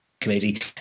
Committee